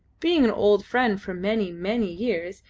being an old friend for many, many years,